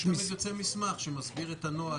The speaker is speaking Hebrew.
יש מסמך שמסדיר את הנוהל.